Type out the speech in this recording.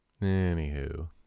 anywho